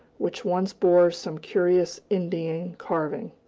which once bore some curious indian carving.